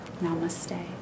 Namaste